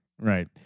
right